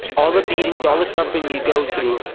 all the beatings, all the suffering you go through,